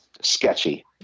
sketchy